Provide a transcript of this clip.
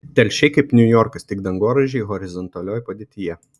telšiai kaip niujorkas tik dangoraižiai horizontalioj padėtyje